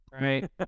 right